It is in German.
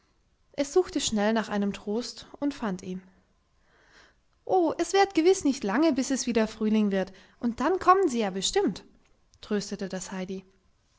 es suchte schnell nach einem trost und fand ihn oh es währt gewiß nicht lange bis es wieder frühling wird und dann kommen sie ja bestimmt tröstete das heidi